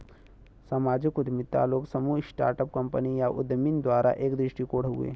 सामाजिक उद्यमिता लोग, समूह, स्टार्ट अप कंपनी या उद्यमियन द्वारा एक दृष्टिकोण हउवे